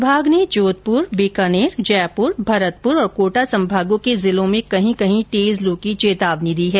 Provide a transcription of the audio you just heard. विभाग ने जोधपुर बीकानेर जयपूर भरतपूर और कोटा संभाग के जिलों में कही कही तेज लू की चेतावनी दी है